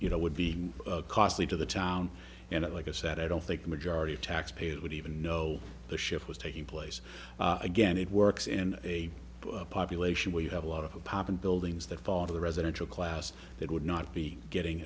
you know would be costly to the town and it like i said i don't think the majority of taxpayers would even know the shift was taking place again it works in a population where you have a lot of apartment buildings that thought of the residential class that would not be getting